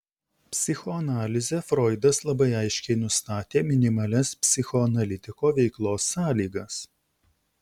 psichoanalize froidas labai aiškiai nustatė minimalias psichoanalitiko veiklos sąlygas